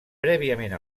prèviament